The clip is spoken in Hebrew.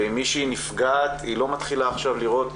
ואם מישהי נפגעת היא לא מתחילה עכשיו לראות,